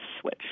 switch